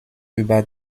über